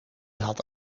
had